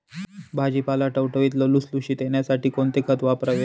भाजीपाला टवटवीत व लुसलुशीत येण्यासाठी कोणते खत वापरावे?